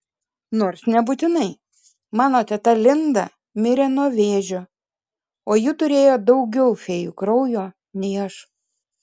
nors nebūtinai mano teta linda mirė nuo vėžio o ji turėjo daugiau fėjų kraujo nei aš